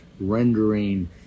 rendering